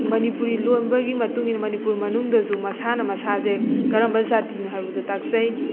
ꯃꯅꯤꯄꯨꯔꯤ ꯂꯣꯟꯕꯒꯤ ꯃꯇꯨꯡ ꯏꯟꯅ ꯃꯅꯤꯄꯨꯔ ꯃꯅꯨꯡꯗꯁꯨ ꯃꯁꯥꯅ ꯃꯁꯥꯁꯦ ꯀꯔꯝꯕ ꯖꯥꯇꯤꯅꯣ ꯍꯥꯏꯕꯗꯣ ꯇꯥꯛꯆꯩ